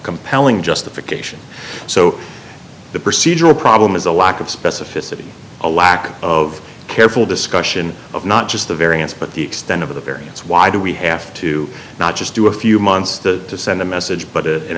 compelling justification so the procedural problem is a lack of specificity a lack of careful discussion of not just the variance but the extent of the variance why do we have to not just do a few months the send a message but it an